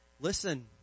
Listen